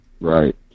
right